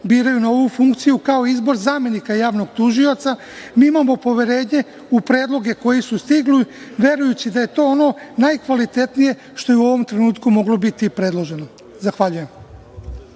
biraju na ovu funkciju, kao i izbor zamenika javnog tužioca. Mi imamo poverenje u predloge koji su stigli, verujući da je to ono najkvalitetnije što je u ovom trenutku moglo biti predloženo. Zahvaljujem.